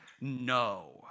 no